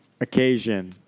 occasion